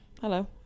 Hello